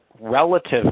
relative